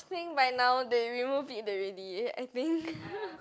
think by now they removed it already I think